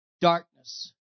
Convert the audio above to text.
Darkness